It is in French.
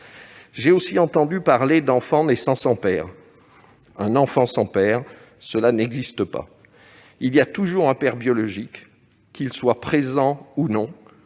J'ai aussi entendu parler d'enfant naissant sans père. Un enfant sans père, cela n'existe pas ! Il y a toujours un père biologique. Qu'il soit présent ou non,